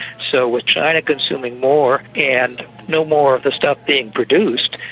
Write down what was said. so with china consuming more, and no more of the stuff being produced,